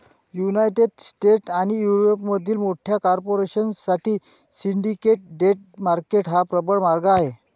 United States आणि युरोपमधील मोठ्या कॉर्पोरेशन साठी सिंडिकेट डेट मार्केट हा प्रबळ मार्ग आहे